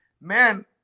man